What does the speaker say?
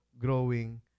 growing